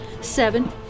Seven